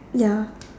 ya